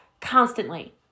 constantly